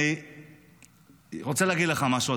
אני רוצה להגיד לך משהו,